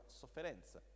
sofferenza